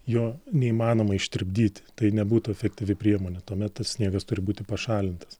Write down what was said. jo neįmanoma ištirpdyti tai nebūtų efektyvi priemonė tuomet sniegas turi būti pašalintas